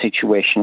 situation